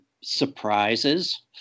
surprises